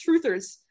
truthers